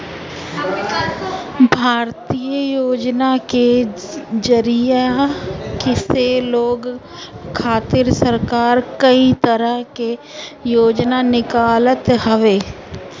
भारतीय योजना के जरिया से लोग खातिर सरकार कई तरह के योजना निकालत हवे